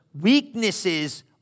weaknesses